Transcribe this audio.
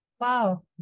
Wow